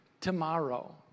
Tomorrow